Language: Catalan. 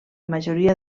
majoria